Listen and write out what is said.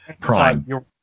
Prime